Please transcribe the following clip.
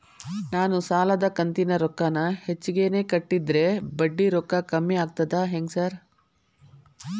ನಾನ್ ಸಾಲದ ಕಂತಿನ ರೊಕ್ಕಾನ ಹೆಚ್ಚಿಗೆನೇ ಕಟ್ಟಿದ್ರ ಬಡ್ಡಿ ರೊಕ್ಕಾ ಕಮ್ಮಿ ಆಗ್ತದಾ ಹೆಂಗ್ ಸಾರ್?